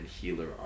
healer